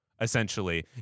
essentially